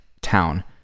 town